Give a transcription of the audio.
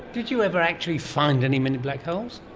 did you ever actually find any mini black holes?